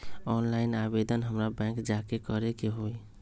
Online आवेदन हमरा bank जाके करे के होई?